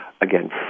Again